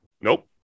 Nope